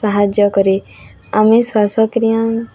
ସାହାଯ୍ୟ କରେ ଆମେ ଶ୍ଵାସକ୍ରିୟା